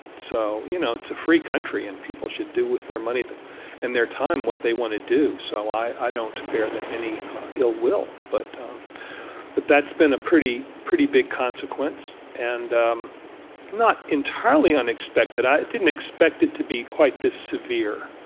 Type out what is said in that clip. so you know it's a free country, and people should do with their money and their time what they want to do, so i don't bear them any ill will but um but that's been a pretty pretty big consequence and um not entirely unexpected. i didn't expect it to be quite this severe,